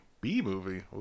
B-movie